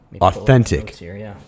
Authentic